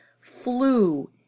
flew